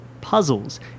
Puzzles